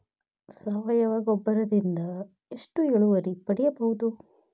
ಸಾವಯವ ಗೊಬ್ಬರದಿಂದ ಎಷ್ಟ ಇಳುವರಿ ಪಡಿಬಹುದ?